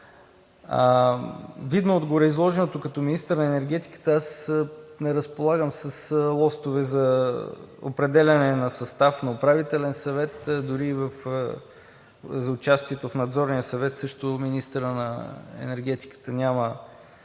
Видно от гореизложеното, като министър на енергетиката не разполагам с лостове за определяне на състав на Управителния съвет. Дори и за участието в Надзорния съвет също министърът на енергетиката няма